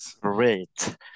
great